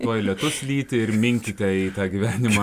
tuoj lietus lyti ir minkite į tą gyvenimą